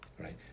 right